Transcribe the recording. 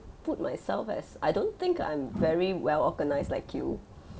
put myself as I don't think I'm very well-organised like you